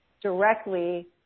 directly